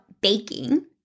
baking